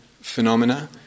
phenomena